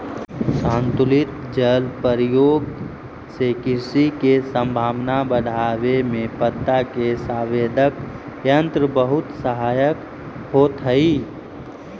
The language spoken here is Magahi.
संतुलित जल प्रयोग से कृषि के संभावना बढ़ावे में पत्ता के संवेदक यंत्र बहुत सहायक होतई